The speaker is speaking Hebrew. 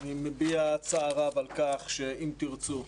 אני מביע צער רב על כך ש"אם תרצו"